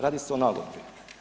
Radi se o nagodbi.